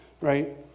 right